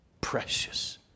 precious